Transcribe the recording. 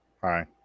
Hi